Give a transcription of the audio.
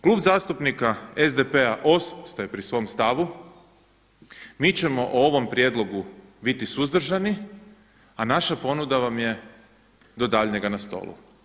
Klub zastupnika SDP-a ostaje pri svom stavu, mi ćemo o ovom prijedlogu biti suzdržani a naša ponuda vam je do daljnjega na stolu.